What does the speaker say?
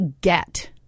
get